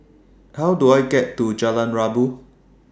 How Do I get to Jalan Rabu